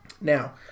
now